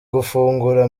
gufungura